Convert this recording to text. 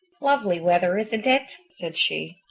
lovely weather, isn't it? said she.